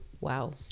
Wow